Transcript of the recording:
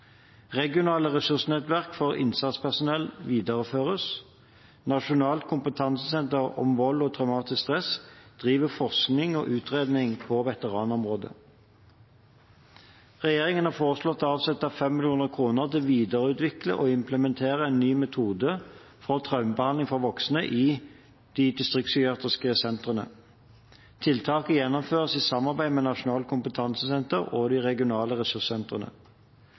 Regionale ressursnettverk for innsatspersonell videreføres. Nasjonalt kunnskapssenter om vold og traumatisk stress driver forskning og utredning på veteranområdet. Regjeringen har foreslått å avsette 5 mill. kr til å videreutvikle og implementere en ny metode for traumebehandling for voksne i de distriktspsykiatriske sentrene. Tiltaket gjennomføres i samarbeid med Nasjonalt kunnskapssenter og de regionale ressurssentrene.